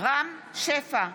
רם שפע,